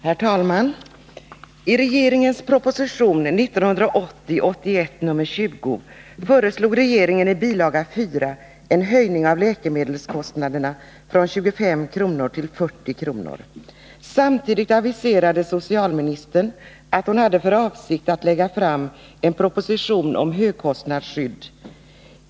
Herr talman! I regeringens proposition 1980/81:20 föreslog regeringen i bil. 4 en höjning av läkemedelskostnaderna från 25 kr. till 40 kr. Samtidigt aviserade socialministern att hon hade för avsikt att lägga fram en proposition om högkostnadsskydd.